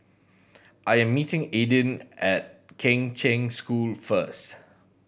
I am meeting Aidyn at Kheng Cheng School first